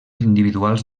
individuals